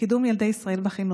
לישראל.